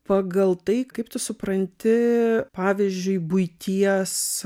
pagal tai kaip tu supranti pavyzdžiui buities